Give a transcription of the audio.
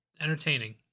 entertaining